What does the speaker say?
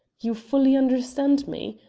you fully understand me?